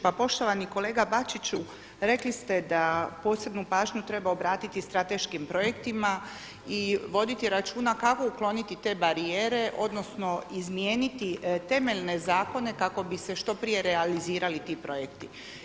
Pa poštovani kolega Bačiću, rekli ste da posebnu pažnju treba obratiti strateškim projektima i voditi računa kako ukloniti te barijere, odnosno izmijeniti temeljne zakone kako bi se što prije realizirali ti projekti.